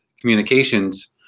communications